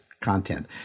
content